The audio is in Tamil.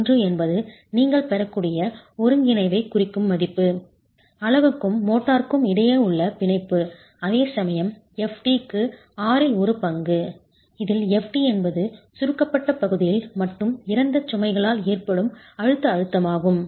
1 என்பது நீங்கள் பெறக்கூடிய ஒருங்கிணைவைக் குறிக்கும் மதிப்பு அலகுக்கும் மோட்டார்க்கும் இடையே உள்ள பிணைப்பு அதேசமயம் fd க்கு ஆறில் ஒரு பங்கு இதில் fd என்பது சுருக்கப்பட்ட பகுதியில் மட்டும் இறந்த சுமைகளால் ஏற்படும் அழுத்த அழுத்தமாகும்